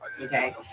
Okay